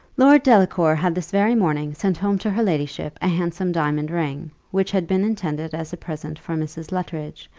lord delacour had this very morning sent home to her ladyship a handsome diamond ring, which had been intended as a present for mrs. luttridge,